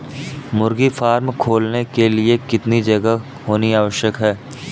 मुर्गी फार्म खोलने के लिए कितनी जगह होनी आवश्यक है?